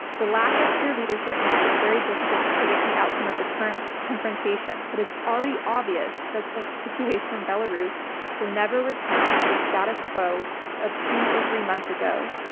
the lack of clear leadership makes it very difficult to predict the outcome of the current confrontation, but it is already obvious that the situation in belarus will never return to the status quo of two or three months ago.